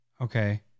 Okay